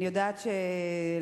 אני יודעת ש,